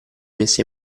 messa